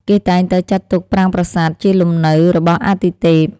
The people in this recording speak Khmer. គេតែងតែចាត់ទុកប្រាង្គប្រាសាទជាលំនៅរបស់អាទិទេព។